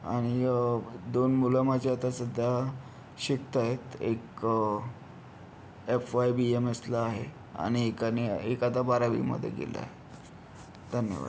आणि दोन मुलं माझी आता सध्या शिकत आहेत एक एफ वाय बी एम एसला आहे आणि एकाने एक आता बारावीमध्ये गेला आहे धन्यवाद